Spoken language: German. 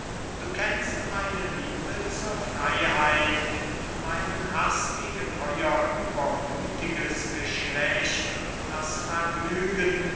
du kennst meine liebe zur freyheit meinen haß gegen euer übermüthiges geschlecht und das vergnügen